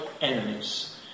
enemies